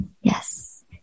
Yes